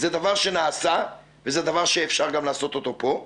זה דבר שנעשה, וזה דבר שאפשר גם לעשות אותו פה.